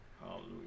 Hallelujah